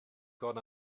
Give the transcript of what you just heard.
got